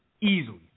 easily